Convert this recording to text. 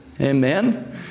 Amen